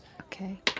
Okay